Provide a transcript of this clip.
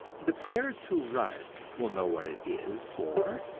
the parents who run it will know what it is for,